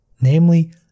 namely